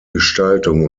gestaltung